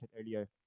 earlier